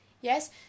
yes